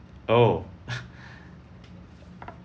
oh